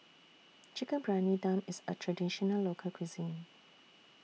Chicken Briyani Dum IS A Traditional Local Cuisine